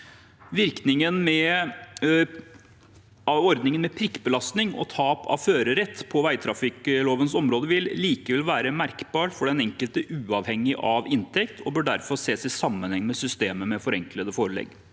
ordningen med prikkbelastning og tap av førerrett på veitrafikklovens område vil likevel være merkbar for den enkelte uavhengig av inntekt og bør derfor ses i sammenheng med systemet med forenklede forelegg.